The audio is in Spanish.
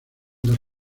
dos